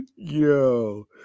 Yo